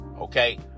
okay